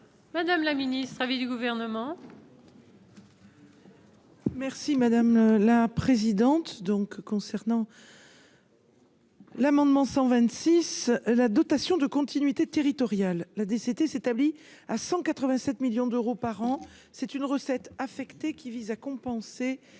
Madame la ministre avait du gouvernement. Merci madame la présidente, donc concernant. L'amendement 126 la dotation de continuité territoriale-là DCT s'établit à 187. Millions d'euros par an, c'est une recette affectée qui vise à compenser